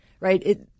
right